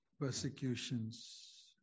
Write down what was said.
persecutions